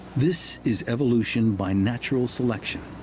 this is evolution by natural selection.